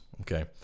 okay